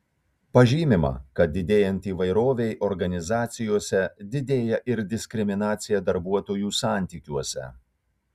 pažymima kad didėjant įvairovei organizacijose didėja ir diskriminacija darbuotojų santykiuose